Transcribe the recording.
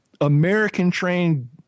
American-trained –